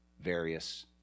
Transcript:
various